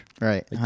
Right